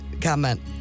comment